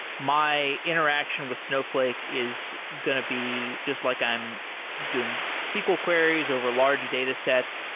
my interaction with snowflake is going to be just like i am doing sql queries over large datasets.